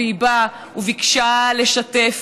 והיא באה וביקשה לשתף,